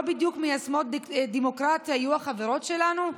בדיוק מיישמות דמוקרטיה יהיו החברות שלנו?